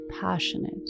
passionate